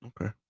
Okay